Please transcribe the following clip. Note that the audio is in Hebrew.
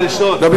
לא.